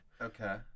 Okay